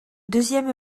deuxième